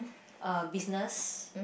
uh business